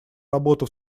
работу